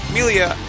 Melia